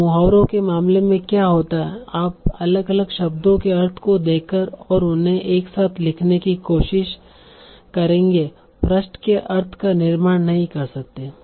तो मुहावरों के मामले में क्या होता है आप अलग अलग शब्दों के अर्थ को देखकर और उन्हें एक साथ लिखने की कोशिश करके पृष्ठ के अर्थ का निर्माण नहीं कर सकते